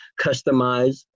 customize